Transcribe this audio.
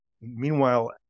meanwhile